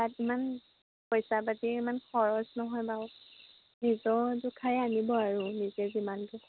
তাত ইমান পইচা পাতি ইমান খৰচ নহয় বাৰু নিজৰ জোখাই আনিব আৰু নিজে যিমানটো